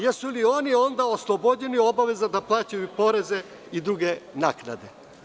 Jesu li oni onda oslobođeni obaveza da plaćaju poreze i druge naknade?